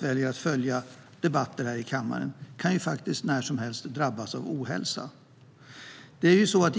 väljer att följa debatten här i kammaren på andra sätt kan när som helst drabbas av ohälsa.